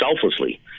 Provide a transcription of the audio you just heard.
selflessly